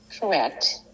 Correct